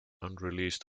unreleased